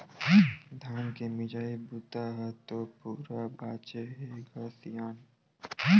धान के मिजई बूता ह तो पूरा बाचे हे ग सियान